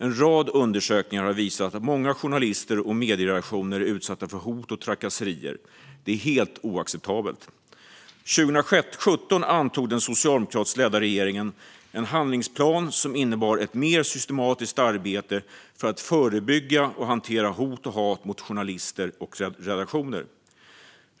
En rad undersökningar har visat att många journalister och medieredaktioner är utsatta för hot och trakasserier. Det är helt oacceptabelt. År 2017 antog den socialdemokratiskt ledda regeringen en handlingsplan som innebar ett mer systematiskt arbete för att förebygga och hantera hot och hat mot journalister och redaktioner.